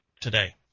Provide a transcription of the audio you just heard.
today